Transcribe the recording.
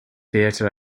theatre